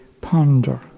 ponder